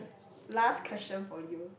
last question for you